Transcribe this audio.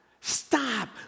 stop